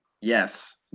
Yes